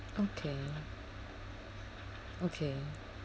okay okay